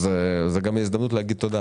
זאת גם ההזדמנות להגיד תודה